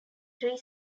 three